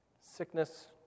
sickness